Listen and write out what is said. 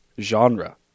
genre